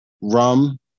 rum